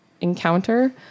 encounter